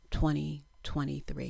2023